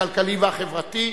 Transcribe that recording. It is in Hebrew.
הכלכלי והחברתי.